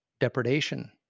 depredation